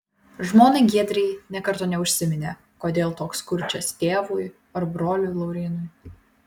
žmonai giedrei nė karto neužsiminė kodėl toks kurčias tėvui ar broliui laurynui